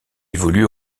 évolue